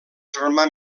germà